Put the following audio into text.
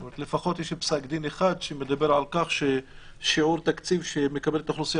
יש לפחות פסק דין אחד שמדבר על כך ששיעור תקציב שמקבלת האוכלוסייה